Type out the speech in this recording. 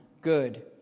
good